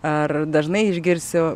ar dažnai išgirsiu